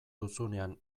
duzunean